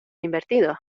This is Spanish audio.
invertidos